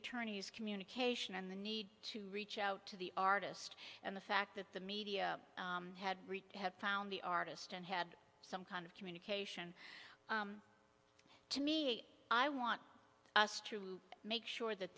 attorney's communication and the need to reach out to the artist and the fact that the media had have found the artist and had some kind of communication to me i want us to make sure that